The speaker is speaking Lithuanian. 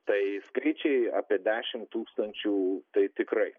tai skaičiai apie dešimt tūkstančių tai tikrai